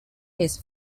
his